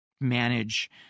manage